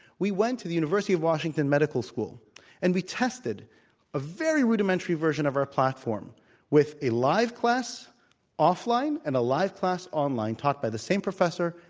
we went to the university of washington medical school and we tested a very rudimentary version of our platform with a live class offline and a live class online, taught by the same professor,